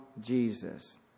Jesus